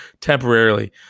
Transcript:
temporarily